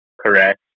correct